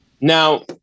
Now